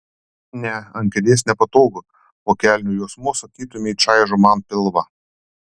ne ant kėdės nepatogu o kelnių juosmuo sakytumei čaižo man pilvą